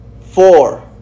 four